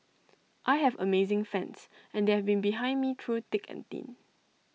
I have amazing fans and they've been behind me through thick and thin